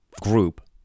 group